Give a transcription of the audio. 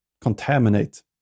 contaminate